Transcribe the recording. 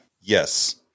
yes